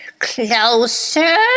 Closer